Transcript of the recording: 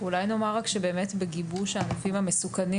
בגיבוש הענפים המסוכנים